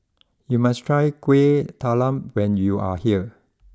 you must try Kueh Talam when you are here